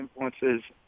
influences